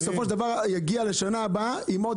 בסופו של דבר אתה מגיע ששנה הבאה עם עוד